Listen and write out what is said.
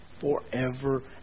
forever